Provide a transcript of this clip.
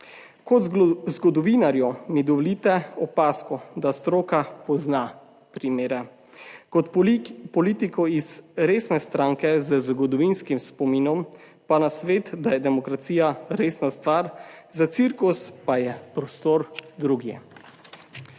Kot zgodovinarju mi dovolite opazko, da stroka pozna primere. Kot politiko iz resne stranke z zgodovinskim spominom, pa nasvet, da je demokracija resna stvar, za cirkus pa je prostor drugje.